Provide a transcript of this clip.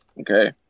Okay